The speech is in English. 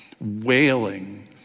wailing